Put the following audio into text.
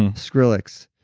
and skrillex,